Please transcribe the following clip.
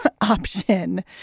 option